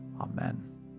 Amen